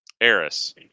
Eris